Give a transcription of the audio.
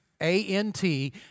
A-N-T